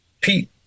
Pete